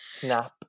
Snap